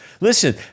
Listen